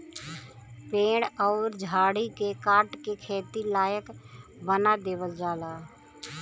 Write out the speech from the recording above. पेड़ अउर झाड़ी के काट के खेती लायक बना देवल जाला